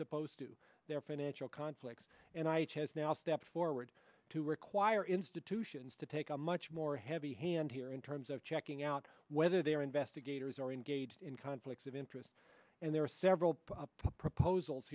supposed to their financial conflicts and i has now stepped forward to require institutions to take a much more heavy hand here in terms of checking out whether their investigators are engaged in kind licks of interest and there are several proposals